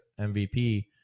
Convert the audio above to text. MVP